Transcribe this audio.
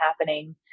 happening